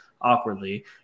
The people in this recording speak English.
awkwardly